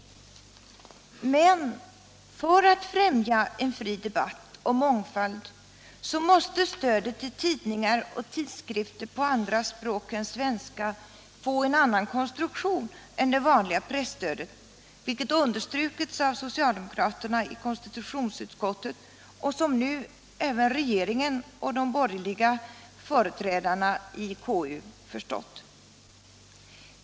Men för att främja en fri debatt och mångfald måste stödet till tidningar och tidskrifter på andra språk än svenska få en annan konstruktion än det vanliga presstödet, något som understrukits av socialdemokraterna i konstitutionsutskottet och som nu även regeringen och de borgerliga företrädarna i KU förstått.